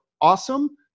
awesome